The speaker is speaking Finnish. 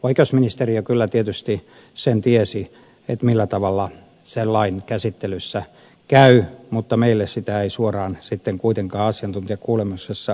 oikeusministeriö kyllä tietysti sen tiesi millä tavalla sen lain käsittelyssä käy mutta meille se ei suoraan kuitenkaan asiantuntijakuulemisessa valjennut